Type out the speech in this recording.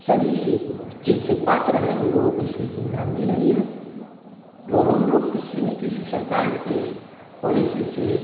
सभी चीज़ से पात्र हैं उन लोगों को इसकी सुविधा मिल रही है और हम लोग इस नीतिश सरकार की पॉलिसी से